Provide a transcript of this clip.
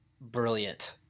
brilliant